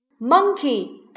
monkey